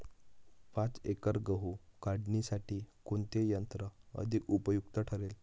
पाच एकर गहू काढणीसाठी कोणते यंत्र अधिक उपयुक्त ठरेल?